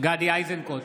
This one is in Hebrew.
גדי איזנקוט,